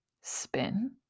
spin